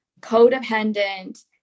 codependent